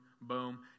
boom